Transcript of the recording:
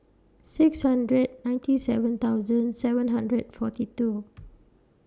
six hundred ninety seven thousand seven hundred forty two